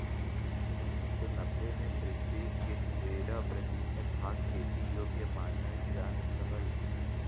उन्नीस सौ नब्बे में पृथ्वी क तेरह प्रतिशत भाग खेती योग्य मानल जात रहल